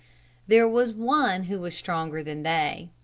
there was one who was stronger than they.